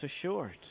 assured